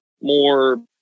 More